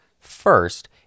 First